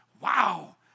Wow